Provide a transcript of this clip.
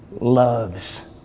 loves